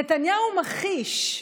נתניהו מכחיש,